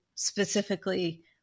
specifically